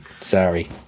Sorry